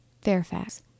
fairfax